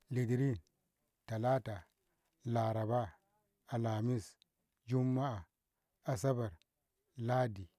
litinin, talata, laraba, alamis, jummu'a, asabar, ladi